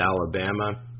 Alabama